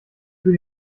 für